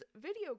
video